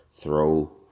throw